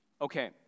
Okay